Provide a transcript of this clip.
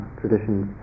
traditions